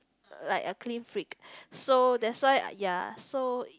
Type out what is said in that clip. like a clean freak so that why ya so